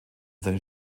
seinen